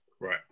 Right